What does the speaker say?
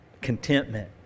Contentment